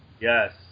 Yes